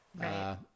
Right